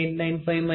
895 0